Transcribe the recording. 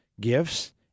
gifts